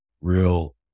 real